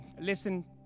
listen